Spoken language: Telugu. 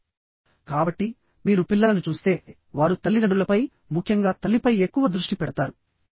కాబట్టి మీరు పిల్లలను చూస్తే వారు తల్లిదండ్రులపై ముఖ్యంగా తల్లిపై ఎక్కువ దృష్టి పెడతారు